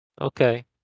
Okay